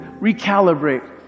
recalibrate